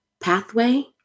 pathway